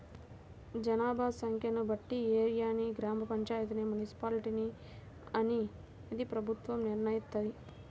జనాభా సంఖ్యను బట్టి ఏరియాని గ్రామ పంచాయితీ, మున్సిపాలిటీ అనేది ప్రభుత్వం నిర్ణయిత్తది